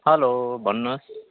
hello भन्नुहोस्